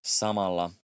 samalla